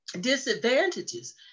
disadvantages